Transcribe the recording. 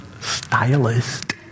stylist